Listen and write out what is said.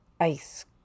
ice